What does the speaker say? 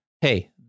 hey